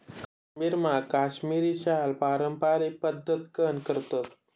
काश्मीरमा काश्मिरी शाल पारम्पारिक पद्धतकन करतस